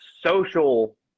social